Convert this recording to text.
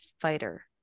fighter